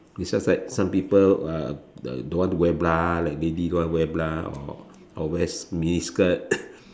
is just like some people uh don't want to wear bra like lady don't want to wear bra or or wear mini skirt